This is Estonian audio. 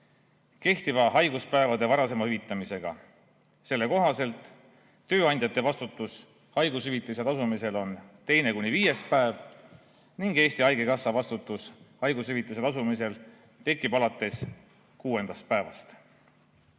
kehtiva haiguspäevade varasema hüvitamisega. Selle kohaselt on tööandjate vastutus haigushüvitise tasumisel teine kuni viies päev ning Eesti Haigekassa vastutus haigushüvitise tasumisel tekib alates kuuendast päevast.